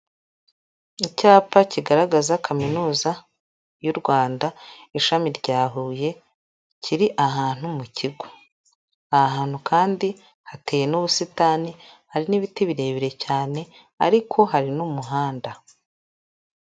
Icyapa kigaragaza kaminuza y'u Rwanda, ishami rya Huye, kiri ahantu mu kigo, aha hantu kandi hateye n'ubusitani, hari n'ibiti birebire cyane ariko hari n'umuhanda.